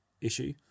issue